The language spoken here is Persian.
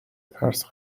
ترس